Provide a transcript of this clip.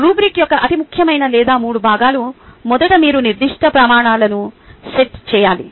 rubric యొక్క అతి ముఖ్యమైన లేదా మూడు భాగాలు మొదట మీరు నిర్దిష్ట ప్రమాణాలను సెట్ చేయాలి